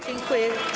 Dziękuję.